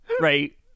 right